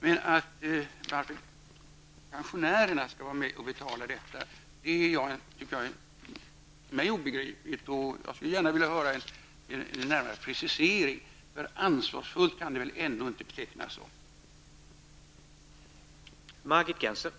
Att pensionärerna skall vara med om att betala detta är för mig obegripligt. Jag skulle gärna vilja få en närmare precisering av bakgrunden härtill. Det kan väl ändå inte betecknas som ansvarsfullt.